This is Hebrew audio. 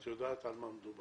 את יודעת על מה מדובר?